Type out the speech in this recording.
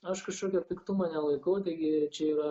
aš kažkokio piktumo nelaikau taigi čia yra